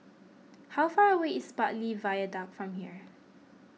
how far away is Bartley Viaduct from here